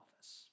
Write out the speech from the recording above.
office